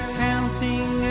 counting